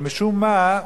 אבל משום מה,